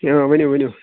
ٲں وٕنِو وٕنِو